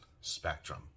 spectrum